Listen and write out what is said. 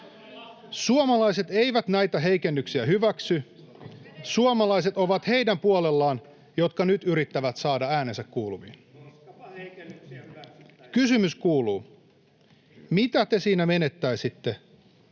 suomalaiset eivät näitä heikennyksiä hyväksy, suomalaiset ovat heidän puolella, jotka nyt yrittävät saada äänensä kuuluviin. [Ben Zyskowicz: Koskapa heikennyksiä